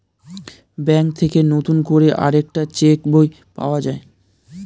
bank থেকে নতুন করে আরেকটা চেক বই পাওয়া যায়